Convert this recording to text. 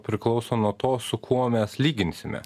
priklauso nuo to su kuo mes lyginsime